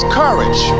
courage